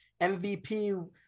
MVP